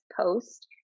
post